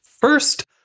first